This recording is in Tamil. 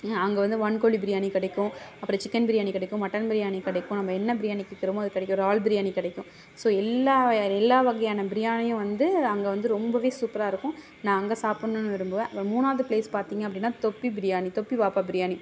அங்கேவந்து வான்கோழி பிரியாணி கிடைக்கும் அப்புறம் சிக்கன் பிரியாணி கிடைக்கும் மட்டன் பிரியாணி கிடைக்கும் நம்ம என்ன பிரியாணி கேட்குறமோ அது கிடைக்கும் இறால் பிரியாணி கிடைக்கும் ஸோ எல்லாம் எல்லா வகையான பிரியாணி வந்து அங்கேவந்து ரொம்பவே சூப்பராக இருக்கும் நான் அங்கே சாப்புன்னு விரும்புவேன் மூணாவது பிளேஸ் பார்த்திங்க அப்படினா தொப்பி பிரியாணி தொப்பி வாப்பா பிரியாணி